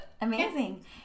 amazing